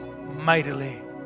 mightily